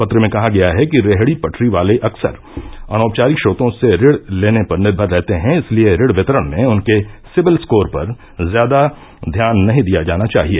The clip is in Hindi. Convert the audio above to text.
पत्र में कहा गया है कि रेहडी पटरी वाले अक्सर अनौपचारिक स्रोतों से ऋण लेने पर निर्भर रहते हैं इसलिए ऋण वितरण में उनके सिबिल स्कोर पर ज्यादा ध्यान नहीं दिया जाना चाहिए